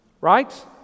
right